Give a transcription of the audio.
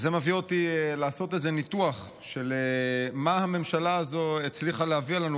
זה מביא אותי לעשות איזה ניתוח של מה הממשלה הזאת הצליחה להביא עלינו